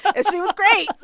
and she was great.